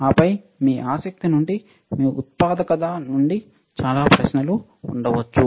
ఆపై మీ ఆసక్తి నుండి మీ ఉత్సుకత నుండి చాలా ప్రశ్నలు ఉండవచ్చు